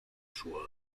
szła